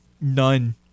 None